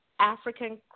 African